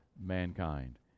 mankind